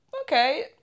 okay